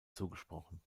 zugesprochen